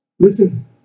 Listen